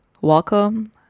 welcome